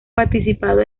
participado